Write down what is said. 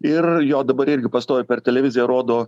ir jo dabar irgi pastoviai per televiziją rodo